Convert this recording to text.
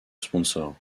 sponsors